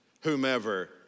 whomever